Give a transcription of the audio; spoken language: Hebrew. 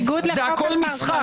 זה הכול משחק.